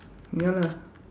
ya lah